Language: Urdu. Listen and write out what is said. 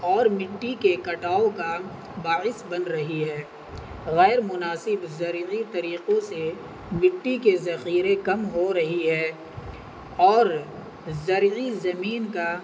اور مٹی کے کٹاؤ کا باارث بن رہی ہے غیر مناسب زرینیی طریقوں سے مٹی کے ذخیریں کم ہو رہی ہے اور زرینی زمین کا